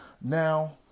now